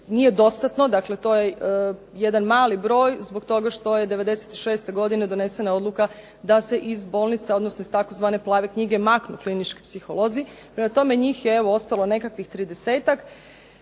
nije dostatno. Dakle to je jedan mali broj zbog toga što je '96. godine donesena odluka da se iz bolnice, odnosno iz tzv. plave knjige maknu klinički psiholozi. Prema tome, njih je ostalo nekakvih 30-ak.